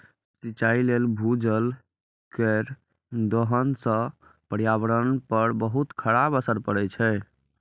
सिंचाइ लेल भूजल केर दोहन सं पर्यावरण पर बहुत खराब असर पड़ै छै